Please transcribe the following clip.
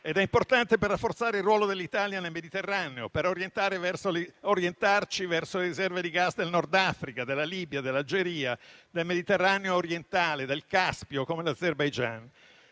ed è importante per rafforzare il ruolo dell'Italia nel Mediterraneo, per orientarci verso le riserve di gas del Nord Africa, della Libia, dell'Algeria, del Mediterraneo orientale, del Caspio, come l'Azerbaijan.